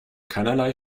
keinerlei